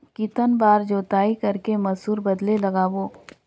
कितन बार जोताई कर के मसूर बदले लगाबो?